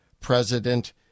president